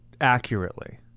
accurately